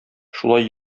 шулай